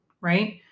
right